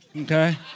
Okay